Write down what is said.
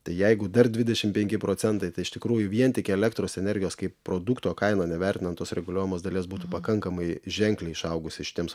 tai jeigu dar dvidešimt penki procentai tai iš tikrųjų vien tik elektros energijos kaip produkto kaina nevertinant tos reguliuojamos dalies būtų pakankamai ženkliai išaugusi šitiems